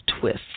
twist